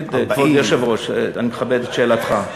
כבוד היושב-ראש, אני מכבד את שאלתך.